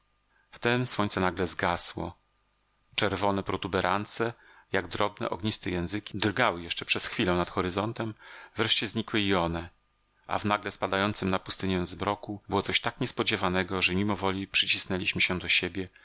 wtem słońce nagle zgasło czerwone protuberance jak drobne ogniste języki drgały jeszcze przez chwilę nad horyzontem wreszcie znikły i one a w nagle spadającym na pustynię zmroku było coś tak niespodziewanego że mimowoli przycisnęliśmy się do siebie